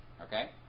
Okay